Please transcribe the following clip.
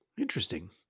interesting